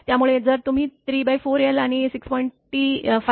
त्यामुळे जर तुम्ही 34l आणि 6